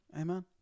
Amen